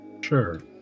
Sure